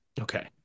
Okay